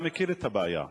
אתה מכיר את הבעיה.